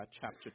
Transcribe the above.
chapter